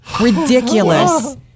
Ridiculous